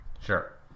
Sure